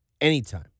anytime